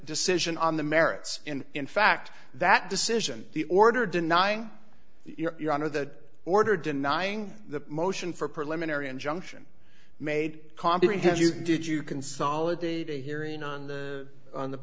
decision on the merits and in fact that decision the order denying your honor the order denying the motion for a preliminary injunction made competent if you did you consolidate a hearing on the on the